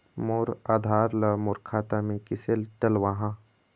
मोर आधार ला मोर खाता मे किसे डलवाहा?